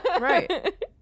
right